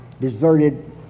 deserted